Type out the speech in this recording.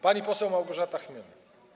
Pani poseł Małgorzata Chmiel.